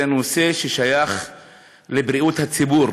זה נושא ששייך לבריאות הציבור